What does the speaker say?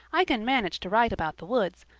i can manage to write about the woods,